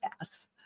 Yes